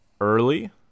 early